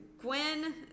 Gwen